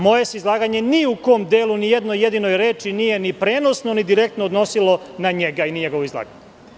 Moje se izlaganje ni u kom delu, ni u jednoj jedinoj reči, ni prenosno, ni direktno nije odnosilo na njega i njegovo izlaganje.